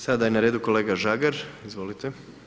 Sada je na redu kolega Žagar, izvolite.